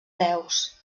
deus